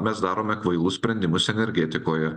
mes darome kvailus sprendimus energetikoje